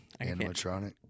animatronic